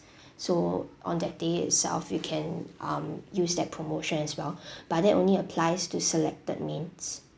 so on that day itself you can um use that promotion as well but that only applies to selected mains